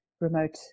remote